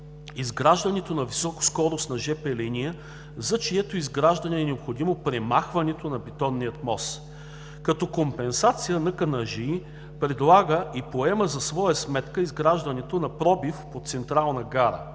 изграждането на високоскоростна железопътна линия, за чието изграждане е необходимо премахването на Бетонния мост. Като компенсация НКЖИ предлага и поема за своя сметка изграждането на пробив под Централна гара.